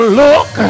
look